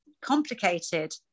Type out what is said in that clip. complicated